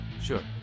Sure